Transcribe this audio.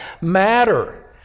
matter